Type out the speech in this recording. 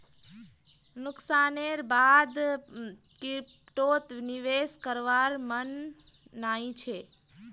नुकसानेर बा द क्रिप्टोत निवेश करवार मन नइ छ